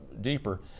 deeper